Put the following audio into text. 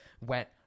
went